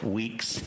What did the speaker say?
weeks